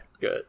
good